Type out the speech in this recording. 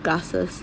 glasses